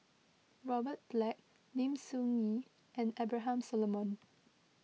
Robert Black Lim Soo Ngee and Abraham Solomon